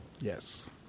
Yes